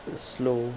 is slow